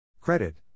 Credit